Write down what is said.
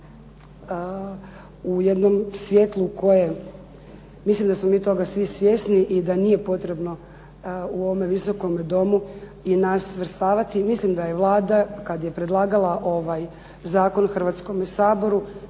u jednom svjetlu koje, mislim da smo mi svi toga svjesni i da nije potrebno u ovom Viskom domu i nas svrstavati. Mislim da je Vlada kada je predlagala ovaj zakon Hrvatskome saboru,